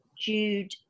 Jude